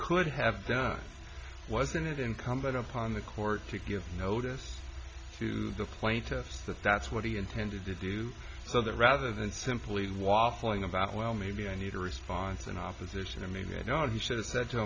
could have done wasn't it incumbent upon the court to give notice to the plaintiff that that's what he intended to do so that rather than simply waffling about well maybe i need a response in opposition i mean you know he should have said to